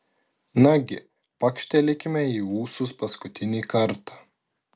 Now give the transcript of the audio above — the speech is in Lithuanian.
nagi pakštelėkime į ūsus paskutinį kartą